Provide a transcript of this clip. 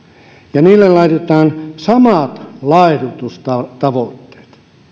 ja niille laitetaan samat laihdutustavoitteet niin